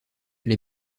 les